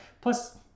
Plus